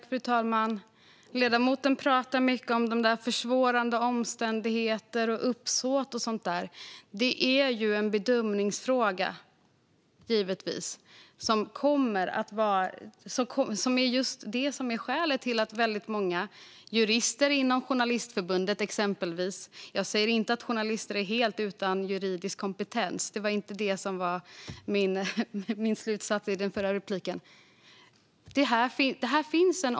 Fru talman! Ledamoten pratar mycket om försvårande omständigheter, uppsåt och sådant. Det är givetvis en bedömningsfråga, och det är just det som är skälet till att många jurister inom exempelvis Journalistförbundet framför omfattande kritik. Jag säger inte att journalister är helt utan juridisk kompetens; det var inte det som var min slutsats i den förra repliken.